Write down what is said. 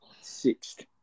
sixth